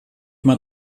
mein